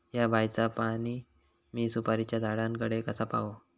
हया बायचा पाणी मी सुपारीच्या झाडान कडे कसा पावाव?